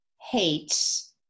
hates